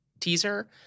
teaser